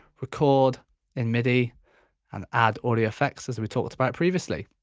record in midi and add audio effects as we talked about previously.